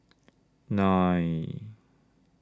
nine